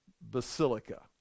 basilica